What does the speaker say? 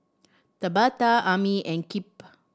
Tabatha Amie and Kipp